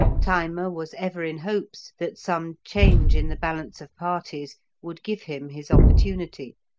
thyma was ever in hopes that some change in the balance of parties would give him his opportunity.